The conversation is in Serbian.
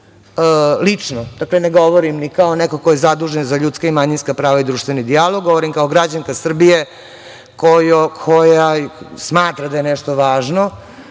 lično, dakle ne govorim i kao neko ko je zadužen za ljudska i manjinska prava i društveni dijalog, govorim kao građanka Srbije koja smatra da je nešto važno.